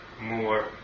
more